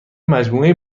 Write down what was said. مجموعه